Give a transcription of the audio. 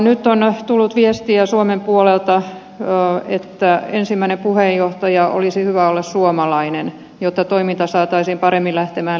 nyt on tullut viestiä suomen puolelta että ensimmäisen puheenjohtajan olisi hyvä olla suomalainen jotta toiminta saataisiin paremmin lähtemään liikkeelle